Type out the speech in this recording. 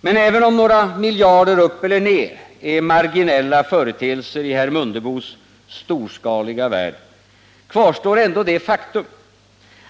Men även om några miljarder upp eller ner är marginella företeelser i herr Mundebos storskaliga värld, kvarstår ändå det faktum